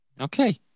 Okay